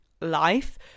life